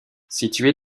située